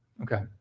Okay